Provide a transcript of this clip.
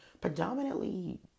predominantly